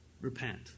repent